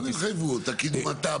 לא רק התחייבות, גם התב"ע.